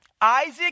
Isaac